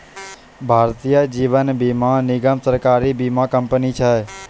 भारतीय जीवन बीमा निगम, सरकारी बीमा कंपनी छै